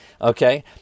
okay